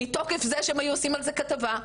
מתוקף זה שהם היו עושים על זה כתבה.